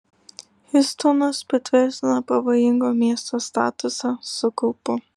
hjustonas patvirtina pavojingo miesto statusą su kaupu